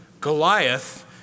Goliath